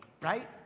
right